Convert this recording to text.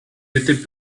étaient